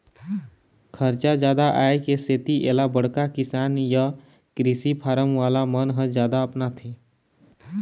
खरचा जादा आए के सेती एला बड़का किसान य कृषि फारम वाला मन ह जादा अपनाथे